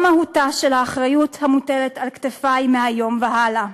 זו מהותה של האחריות המוטלת על כתפי מהיום והלאה.